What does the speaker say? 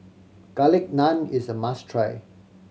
Garlic Naan is a must try